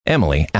Emily